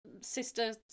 Sister